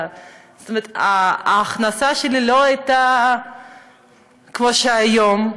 וההכנסה שלי לא הייתה כמו שהיום,